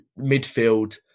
midfield